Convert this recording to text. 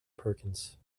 perkins